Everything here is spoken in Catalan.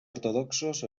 ortodoxos